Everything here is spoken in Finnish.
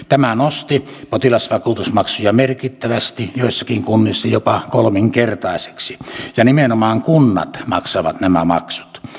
tämä nosti potilasvakuutusmaksuja merkittävästi joissakin kunnissa jopa kolminkertaiseksi ja nimenomaan kunnat maksavat nämä maksut